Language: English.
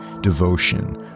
devotion